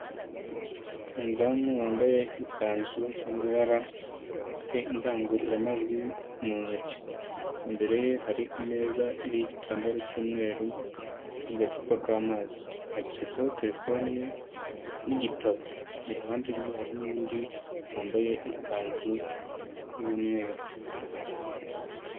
Umudamu wambaye ikanzu y'amabara, ufite indangururamajwi mu ntoki, imbere ye hari Imeza iriho igitambaro cy'umweru n'agacupa k'amazi hateretseho telefoni ye n'igitabo, iruhande rwe hari n'undi wambaye ikanzu y'umweru.